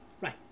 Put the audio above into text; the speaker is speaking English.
Right